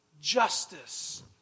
justice